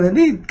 the